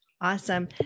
Awesome